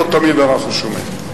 לא תמיד אנחנו שומעים.